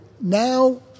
Now